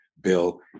Bill